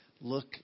look